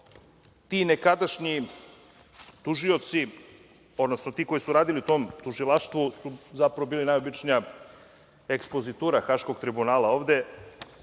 ti nekadašnji tužioci, odnosno ti koji su radili u tom tužilaštvu su zapravo bili najobičnija ekspozitura Haškog tribunala ovde